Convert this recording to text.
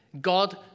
God